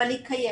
אבל היא קיימת.